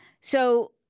So-